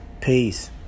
Peace